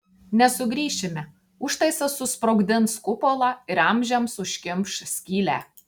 nesugrįšime užtaisas susprogdins kupolą ir amžiams užkimš skylę